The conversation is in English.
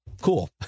cool